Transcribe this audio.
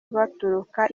baturuka